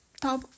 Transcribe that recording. top